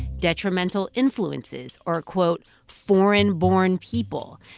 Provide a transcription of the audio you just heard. detrimental influences or, quote, foreign-born people.